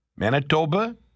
Manitoba